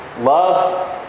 love